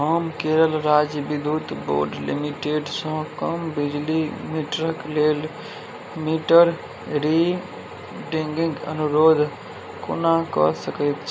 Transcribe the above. हम केरल राज्य विद्युत बोर्ड लिमिटेडसँ कम बिजली मीटरक लेल मीटर रिडिंगिंग अनुरोध कोना कऽ सकैत